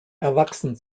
erwachsen